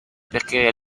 perché